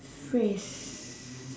phrase